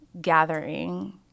gathering